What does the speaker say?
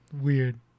Weird